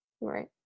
right